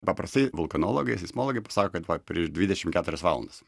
paprastai vulkanologai seismologai pasako kad va prieš dvidešimt keturias valandas